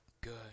good